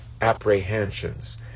apprehensions